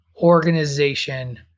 organization